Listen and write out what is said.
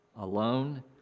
alone